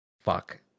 Fuck